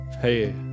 Hey